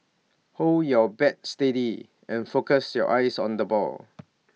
hold your bat steady and focus your eyes on the ball